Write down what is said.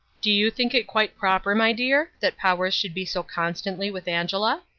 do you think it quite proper, my dear, that powers should be so constantly with angela?